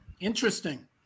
Interesting